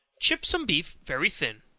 chip some beef very thin,